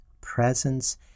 presence